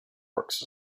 works